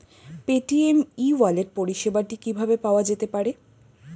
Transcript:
Paytm e wallet পরিষেবাটি কিভাবে পাওয়া যেতে পারে?